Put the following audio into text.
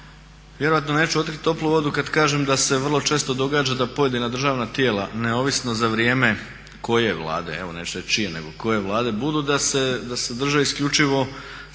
vjerojatno neću otkriti toplu vodu kada kažem da se vrlo često događa da pojedina državna tijela neovisno za vrijeme koje Vlade, evo neću reći čije nego koje Vlade budu, da se drže isključivo svog